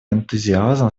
энтузиазм